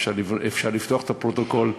אפשר לפתוח את הפרוטוקול.